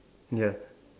ya